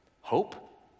Hope